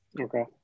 Okay